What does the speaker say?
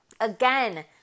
Again